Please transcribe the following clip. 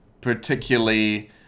Particularly